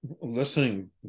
listening